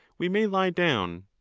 we may lie down.